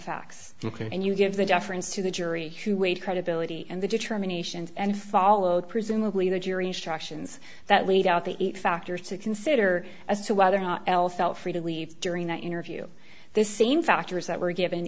facts and you give the deference to the jury who weighed credibility and the determinations and followed presumably the jury instructions that lead out the factors to consider as to whether or not l felt free to leave during that interview this same factors that were given